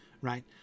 right